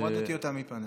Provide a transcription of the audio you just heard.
הורדתי אותה מפניי.